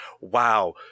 wow